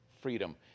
freedom